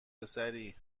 پسری